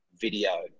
video